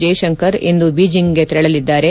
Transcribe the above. ಜೈಶಂಕರ್ ಇಂದು ಬೀಜಿಂಗ್ಗೆ ತೆರಳಲಿದ್ದಾರೆ